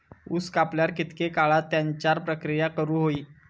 ऊस कापल्यार कितके काळात त्याच्यार प्रक्रिया करू होई?